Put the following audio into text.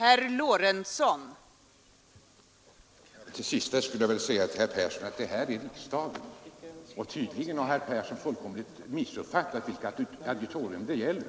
Fru talman! Till sist skulle jag vilja säga till herr Persson i Stockholm att det är inför riksdagen han nu talar. Tydligen har herr Persson fullkomligt missuppfattat vilket auditorium det gäller.